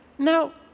now,